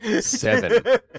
Seven